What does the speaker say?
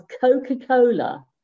Coca-Cola